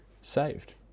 saved